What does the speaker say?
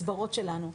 הסברות שלנו.